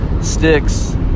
sticks